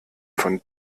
von